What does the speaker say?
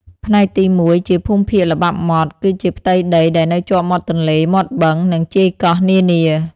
ផ្នែកទី ១ ជាភូមិភាគល្បាប់ម៉ត់ គឺជាផ្ទៃដីដែលនៅជាប់មាត់ទន្លេ មាត់បឹង និងជាយកោះនានា។